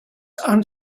han